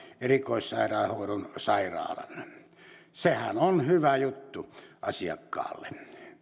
erikoissairaanhoidon sairaalan sehän on hyvä juttu asiakkaalle